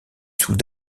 sous